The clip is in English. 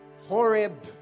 Horeb